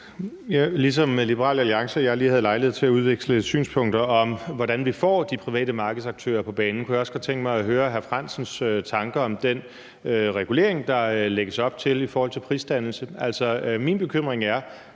Ligesom Liberal Alliance og jeg lige havde lejlighed til at udveksle synspunkter om, hvordan vi får de private markedsaktører på banen, kunne jeg også godt tænke mig at høre hr. Henrik Frandsens tanker om den regulering, der lægges op til i forhold til prisdannelse. Altså, min bekymring er,